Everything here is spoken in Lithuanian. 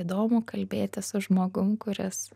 įdomu kalbėti su žmogum kuris